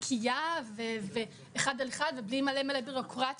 "נקייה" ואחד על אחד ובלי מלא ביורוקרטיות,